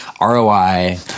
ROI